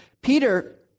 Peter